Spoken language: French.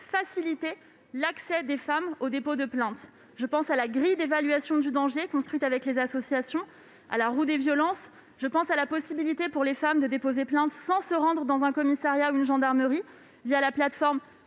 faciliter l'accès des femmes aux dépôts de plainte. Je pense à la grille d'évaluation du danger, construite avec les associations, à la « roue des violences », mais aussi à la possibilité pour les femmes de déposer plainte sans se rendre dans un commissariat ou une gendarmerie la plateforme